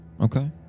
Okay